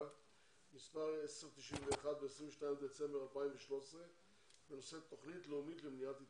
מספר 1091 ב-22 בדצמבר 2013 בנושא תוכנית לאומית למניעת התאבדויות.